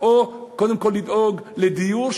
או קודם כול לדאוג לדיור,